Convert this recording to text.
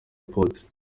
apotre